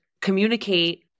communicate